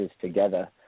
together